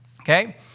okay